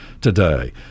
today